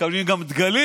מקבלים גם דגלים.